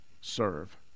serve